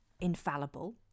infallible